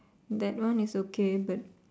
that one is okay but